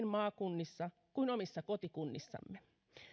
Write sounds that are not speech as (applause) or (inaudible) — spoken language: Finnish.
(unintelligible) maakunnissa ja omissa kotikunnissamme